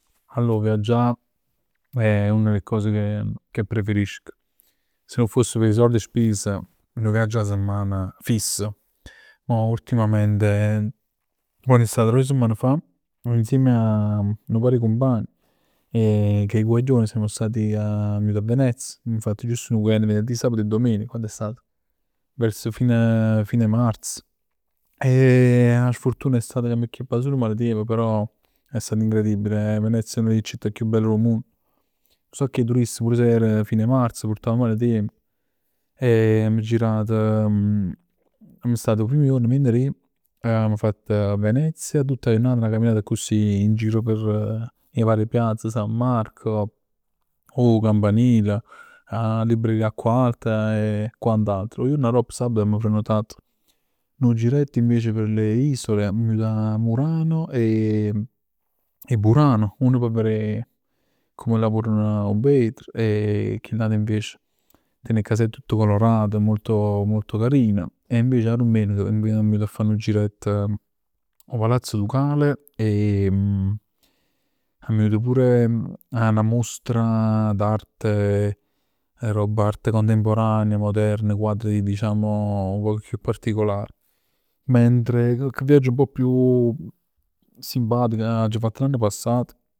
Allor viaggià è una d' 'e cose che che preferisco. Si nun foss p' 'e sord spis, nu viaggio 'a semmana spiss. Mo ultimamente ho iniziato a doje semman fa, insieme a a nu par 'e cumpagn e cu 'e guaglione simm stati a Venezia. Amma fatt giust nu venerdì, sabato e domenica. Quann è stat? Verso fine, fine marzo, e 'a sfurtuna è stata che amm'acchiappat sul male tiemp, però è stato incredibile. Venezia è una d' 'e città chiù belle d' 'o munn. Nu sacc 'e turisti pur si era fine marzo. Purtav male tiemp e amma girat. Amma stat 'o prim juorn venerdì, avevamo fatto Venezia tutt 'a jurnata camminann accussì, in giro per, per 'e varie piazze, San Marco, 'o campanile, 'a libreria chiù alta e quant'altro. 'O juorn aropp sabato amma prenotat nu giretto invece per le isole, amma jut a Murano e Burano. Uno p' verè comm lavorano 'o vetro e chill'ato invece ten 'e casette tutt quante colorate, molto molto carino. E invece 'a domenica ammo jut a fa nu girett 'o Palazzo Ducale e ammo jut pure 'a 'na mostra d'arte roba 'e arte contemporanea, moderna. Quadri diciamo nu poc chiù particolar. Mentre cocche viaggio nu poc chiù simpatico, l'aggio fatt l'anno passat